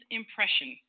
impression